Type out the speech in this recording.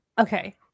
okay